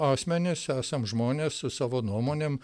asmenys esam žmonės su savo nuomonėm